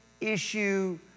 issue